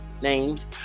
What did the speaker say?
names